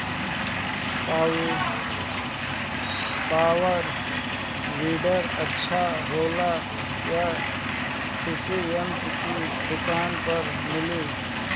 Power weeder अच्छा होला यह कृषि यंत्र के दुकान पर मिली?